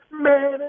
Man